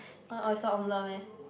oyster omelette meh